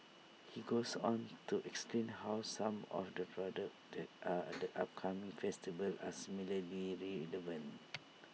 he goes on to explain how some of the at A upcoming festival are similarly relevant